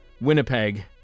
Winnipeg